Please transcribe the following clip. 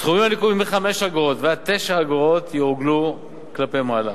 וסכומים הנקובים מ-5 אגורות ועד 9 אגורות יעוגלו כלפי מעלה.